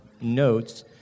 notes